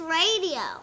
radio